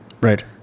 Right